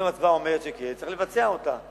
אם ההצבעה אומרת שכן, צריך לבצע את זה.